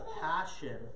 passion